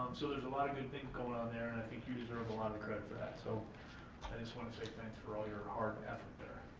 so there's a lot of good things going on there and i think you deserve a lot of credit for that, so i just want to say thanks for all your hard effort there.